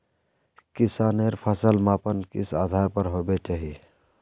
किसानेर फसल मापन किस आधार पर होबे चही?